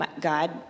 God